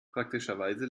praktischerweise